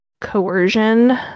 coercion